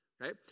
right